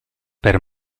per